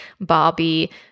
Barbie